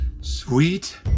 Sweet